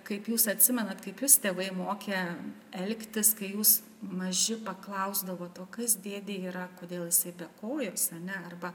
kaip jūs atsimenat kaip jus tėvai mokė elgtis kai jūs maži paklausdavot o kas dėdė yra kodėl jisai be kojo ane arba